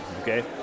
okay